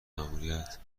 ماموریت